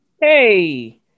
Hey